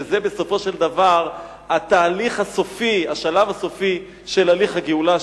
וזה בסופו של דבר השלב הסופי של הליך הגאולה,